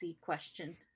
question